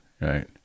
right